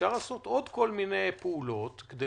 אפשר לעשות עוד כל מיני פעולות כדי